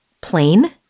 plain